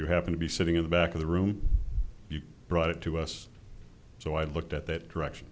you happen to be sitting in the back of the room you brought it to us so i looked at that direction